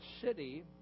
City